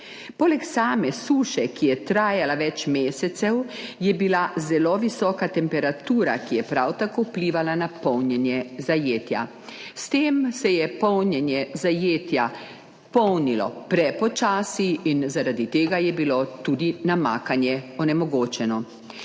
Poleg same suše, ki je trajala več mesecev, je bila zelo visoka temperatura, ki je prav tako vplivala na polnjenje zajetja. S tem se je polnjenje zajetja polnilo prepočasi in zaradi tega je bilo tudi namakanje onemogočeno.